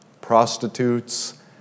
prostitutes